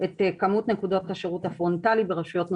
את כמות נקודות השירות הפרונטלי ברשויות נוספות.